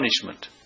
punishment